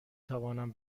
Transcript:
توانم